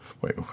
Wait